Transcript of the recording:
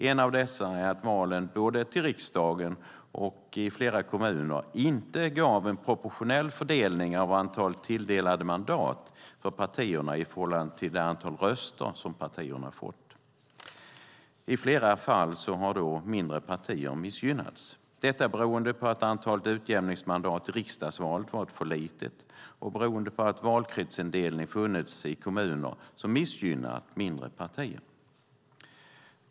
En av dessa är att valen både till riksdagen och i flera kommuner inte gav en proportionell fördelning av antalet tilldelade mandat för partierna i förhållande till det antal röster som partierna hade fått. I flera fall har mindre partier missgynnats, detta beroende på att antalet utjämningsmandat i riksdagsvalet har varit för litet och att valkretsindelning i kommuner funnits och missgynnat mindre partier.